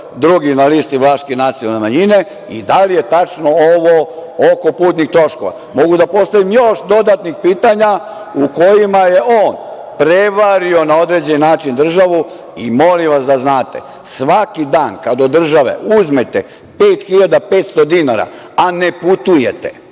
drugi na listi Vlaške nacionalne manjine? Da li je tačno ovo oko putnih troškova? Mogu da postavim još dodatnih pitanja u kojima je on prevario na određen način državu i molim vas da znate, svaki dan kad od države uzmete 5.500 dinara, a ne putujete,